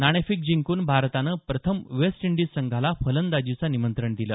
नाणेफेक जिंकून भारतानं प्रथम वेस्ट इंडिज संघाला फलंदाजीचं निमंत्रण दिलं